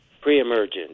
Pre-emergent